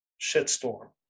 shitstorm